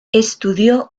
estudió